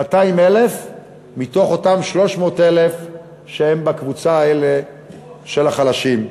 200,000 מתוך אותם 300,000 שהם בקבוצה הזאת של החלשים.